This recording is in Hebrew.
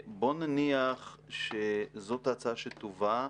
בוא נניח שזאת ההצעה שתובא,